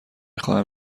خواهم